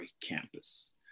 campus